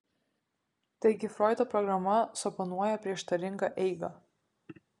taigi froido programa suponuoja prieštaringą eigą